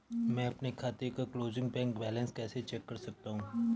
मैं अपने खाते का क्लोजिंग बैंक बैलेंस कैसे चेक कर सकता हूँ?